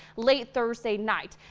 late thursday night.